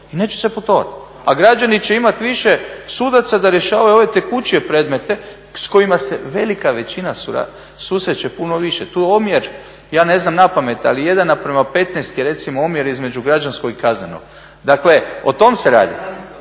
i neće se putovati. A građani će imat više sudaca da rješavaju ove tekućije predmete s kojima se velika većina susreće puno više. Tu je omjer, ja ne znam napamet, ali 1:15 je recimo omjer između građanskog i kaznenog. Dakle, o tom se radi.